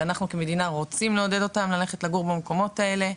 שאנחנו כמדינה רוצים לעודד אותם ללכת לגור במקומות האלה,